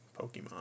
Pokemon